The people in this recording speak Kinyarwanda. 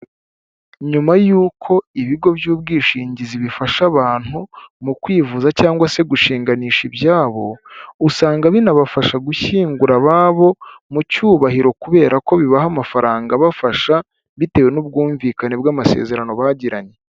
Nyuma y'uko ibigo by'ubwishingizi bifasha abantu mu kwivuza cyangwa se gushinganisha ibyabo, usanga binabafasha gushyingura ababo mu cyubahiro kubera ko bibaha amafaranga abafasha, bitewe n'ubwumvikane bw'amasezerano bagiranye.